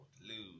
lose